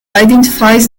identifies